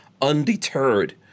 undeterred